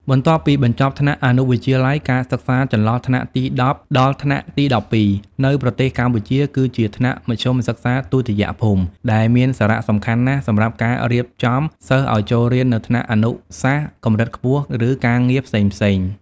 បន្ទាប់ពីបញ្ចប់ថ្នាក់អនុវិទ្យាល័យ ការសិក្សាចន្លោះថ្នាក់ទី១០ដល់ថ្នាក់ទី១២ នៅប្រទេសកម្ពុជា គឺជាថ្នាក់មធ្យមសិក្សាទុតិយភូមិ ដែលមានសារៈសំខាន់ណាស់សម្រាប់ការរៀបចំសិស្សឱ្យចូលរៀននៅថ្នាក់អនុសាសន៍កំរិតខ្ពស់ ឬការងារផ្សេងៗ។